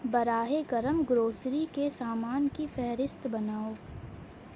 براہ کرم گروسری کے سامان کی فہرست بناؤ